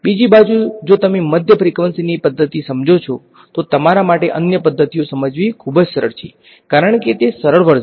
બીજી બાજુ જો તમે મધ્ય ફ્રીકવંસીની પદ્ધતિઓ સમજો છો તો તમારા માટે અન્ય પદ્ધતિઓ સમજવી ખૂબ સરળ છે કારણ કે તે સરળ વર્ઝન છે